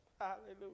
Hallelujah